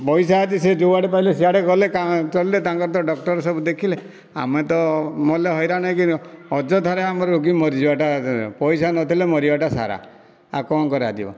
ପଇସା ଅଛି ସେ ଯୁଆଡ଼େ ପାଇଲେ ସିଆଡ଼େ ଗଲେ ତାଙ୍କ ଚଳିଲେ ତାଙ୍କର ତ ଡକ୍ଟର ସବୁ ଦେଖିଲେ ଆମେ ତ ମଲେ ହଇରାଣ ହେଇକିନା ଅଯଥାରେ ଆମ ରୋଗୀ ମରିଯିବା ଟା ପଇସା ନଥିଲେ ମରିବାଟା ସାରା ଆଉ କ'ଣ କରାଯିବ